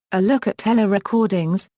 a look at telerecordings,